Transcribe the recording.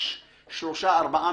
לך?